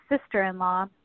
sister-in-law